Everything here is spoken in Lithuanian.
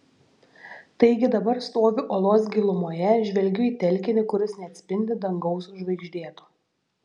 taigi dabar stoviu olos gilumoje žvelgiu į telkinį kuris neatspindi dangaus žvaigždėto